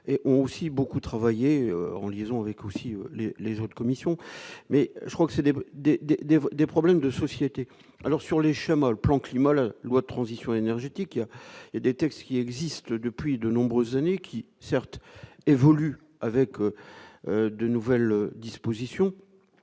et ont aussi beaucoup travaillé en liaison avec aussi les les autres commissions, mais je crois que ces débris D D des des problèmes de société alors sur les chemins, le plan climat la loi de transition énergétique et des textes qui existe depuis de nombreuses années, qui certes évolue avec de nouvelles dispositions,